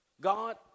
God